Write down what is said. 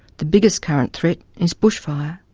the biggest current threat is bushfire.